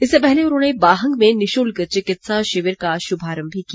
इससे पहले उन्होंने बाहंग में निशुल्क चिकित्सा शिविर का शुभारम्भ भी किया